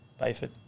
Bayford